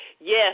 Yes